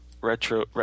retro –